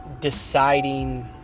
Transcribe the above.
deciding